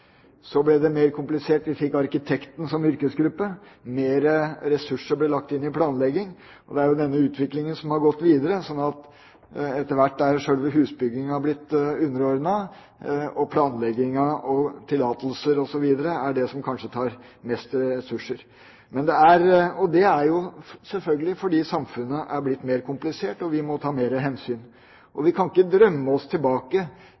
Så ble det mer komplisert. Vi fikk arkitekten som yrkesgruppe, og mer ressurser ble lagt ned i planlegging. Det er denne utviklinga som har gått videre, sånn at etter hvert har sjølve husbygginga blitt underordnet, og planlegginga og tillatelser osv. er det som kanskje tar mest ressurser. Det er selvfølgelig fordi samfunnet er blitt mer komplisert, og vi må ta mer hensyn. Vi kan ikke drømme oss tilbake